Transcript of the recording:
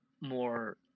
more